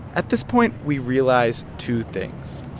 at this point, we realize two things.